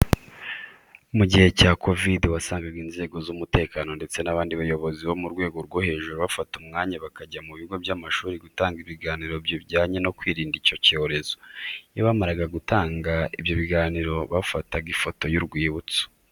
Mu gihe cya kovidi wasangaga inzego z'umutekano ndetse n'abandi bayobozi bo mu rwego rwo hejuru bafata umwanya bakajya mu bigo by'amashuri gutanga ibiganiro ku bijyanye no kwirinda icyo cyorezo. Iyo bamaraga gutanga ibyo biganiro bafataga ifoto y'urwibutso.